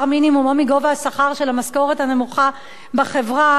מינימום או מגובה השכר של המשכורת הנמוכה בחברה,